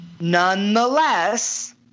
Nonetheless